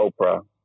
Oprah